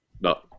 No